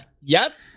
Yes